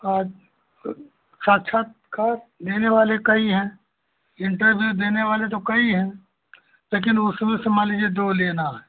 card साक्षात्कार देने वाले कई हैं इन्टरव्यू देने वाले तो कई हैं लेकिन उसमें से मान लीजिए दो लेना है